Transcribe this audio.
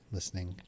listening